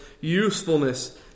usefulness